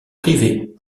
privées